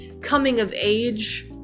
coming-of-age